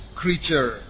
creature